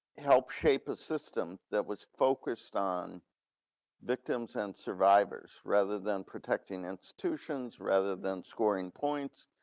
help shape a system that was focused on victims and survivors rather than protecting institutions rather than scoring points?